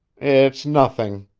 it's nothing,